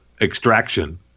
Extraction